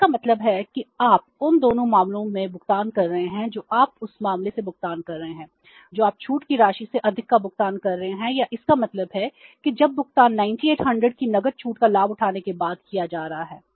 तो इसका मतलब है कि आप उन दोनों मामलों में भुगतान कर रहे हैं जो आप उस मामले में भुगतान कर रहे हैं जो आप छूट की राशि से अधिक का भुगतान कर रहे हैं या इसका मतलब है कि जब भुगतान 9800 की नकद छूट का लाभ उठाने के बाद किया जा रहा है